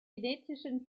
genetischen